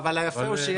אבל היפה הוא,